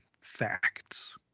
facts